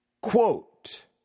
Quote